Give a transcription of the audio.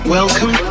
Welcome